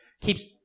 keeps